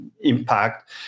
impact